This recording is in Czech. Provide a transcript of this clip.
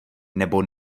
nebo